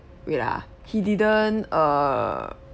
wait ah he didn't err